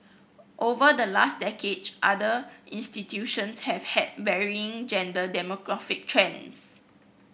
over the last other institutions have had varying gender demographic trends